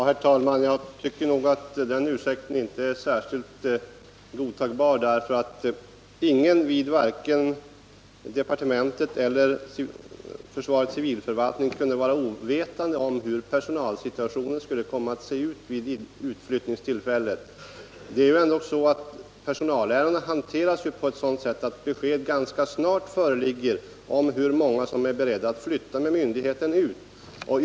Herr talman! Jag tycker nog inte att den ursäkten är särskilt godtagbar, därför att ingen vid vare sig departementet eller försvarets civilförvaltning kunde vara ovetande om hur personalsituationen skulle komma att se ut vid utflyttningstillfället. Personalärendena hanteras ju på sådant sätt att besked ganska snart föreligger om hur många som är beredda att flytta ut med myndigheten.